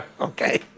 okay